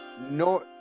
No